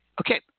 okay